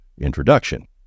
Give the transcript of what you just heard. introduction